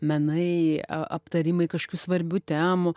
menai a aptarimai kažkokių svarbių temų